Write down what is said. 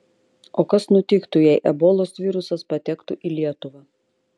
o kas nutiktų jei ebolos virusas patektų į lietuvą